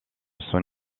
son